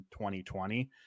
2020